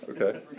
okay